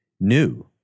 new